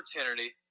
opportunity